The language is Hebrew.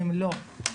שהם לא,